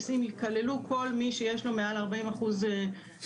עם ייכללו כל מי שיש לו מעל 40% נכות.